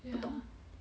不懂